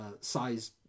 size